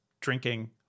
drinking